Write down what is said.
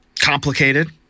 complicated